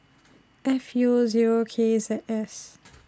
F U Zero K Z S